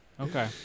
Okay